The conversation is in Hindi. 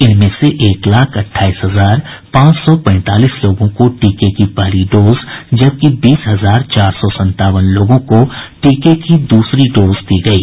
इनमें से एक लाख अट्ठाईस हजार पांच सौ पैंतालीस लोगों को टीके की पहली डोज जबकि बीस हजार चार सौ संतावन लोगों को टीके की दूसरी डोज दी गयी